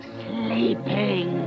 sleeping